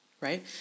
Right